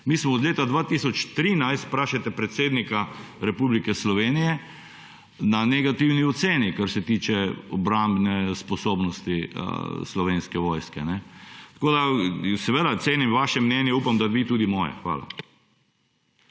Mi smo od leta 2013, vprašajte predsednika Republike Slovenije, na negativni oceni, kar se tiče obrambne sposobnosti Slovenske vojske. Cenim vaše mnenje. Upam da tudi vi moje. Hvala.